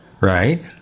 Right